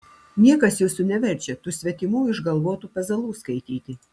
niekas jūsų neverčia tų svetimų išgalvotų pezalų skaityti